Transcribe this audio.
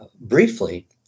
Briefly